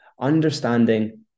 understanding